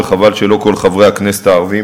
וחבל שלא כל חברי הכנסת הערבים